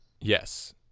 yes